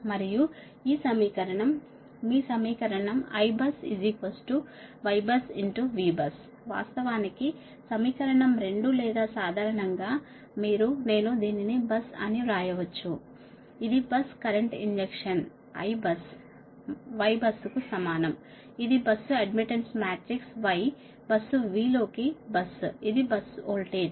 మరియు ఈ సమీకరణం మీ సమీకరణం Ibus Ybus Vbus వాస్తవానికి సమీకరణం రెండు లేదా సాధారణంగా మీరు నేను దీనిని బస్సు అని వ్రాయవచ్చు ఇది bus current injection I bus y బస్సుకు సమానం ఇది bus admittance matrix Y bus V లోకి బస్సు ఇది బస్సు వోల్టేజ్